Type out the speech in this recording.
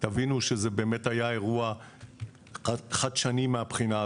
תבינו שזה באמת היה אירוע חדשני מהבחינה הזאת,